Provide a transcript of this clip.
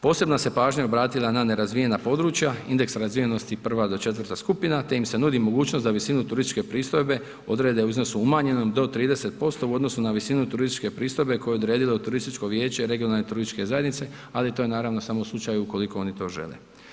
Posebna se pažnja obratila na nerazvijena područja, indeks razvijenosti 1 do 4 skupina te im se nudi mogućnost da visinu turističke pristojbe odrede u iznosu umanjenom do 30% u odnosu na visinu turističke pristojbe koju je odredilo turističko vijeće regionalne turističke zajednice, ali to je naravno samo u slučaju ukoliko oni to žele.